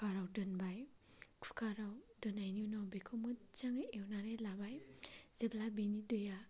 कुकाराव दोनबाय कुकाराव दोन्नायनि उनाव बेखौ मोजाङै एवनानै लाबाय जेब्ला बेनि दैआ खोब